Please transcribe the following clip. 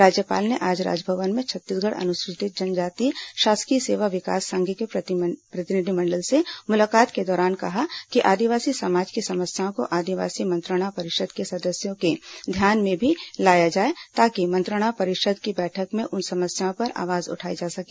राज्यपाल ने आज राजभवन में छत्तीसगढ़ अनुसूचित जनजाति शासकीय सेवा विकास संघ के प्रतिनिधिमंडल से मुलाकात के दौरान कहा कि आदिवासी समाज की समस्याओं को आदिवासी मंत्रणा परिषद के सदस्यों के ध्यान में भी लाया जाए ताकि मंत्रणा परिषद की बैठक में उन समस्याओं पर आवाज उठाई जा सके